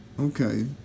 Okay